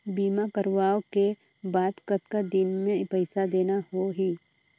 बीमा करवाओ के बाद कतना दिन मे पइसा देना हो ही?